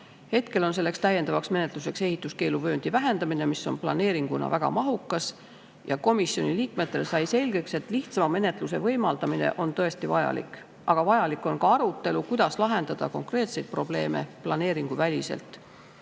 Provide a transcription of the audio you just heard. Hetkel on selleks täiendavaks menetluseks ehituskeeluvööndi vähendamine, mis on planeeringuna väga mahukas, ja komisjoni liikmetele sai selgeks, et lihtsama menetluse võimaldamine on tõesti vajalik. Aga vajalik on ka arutelu, kuidas lahendada konkreetseid probleeme planeeringuväliselt.